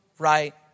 right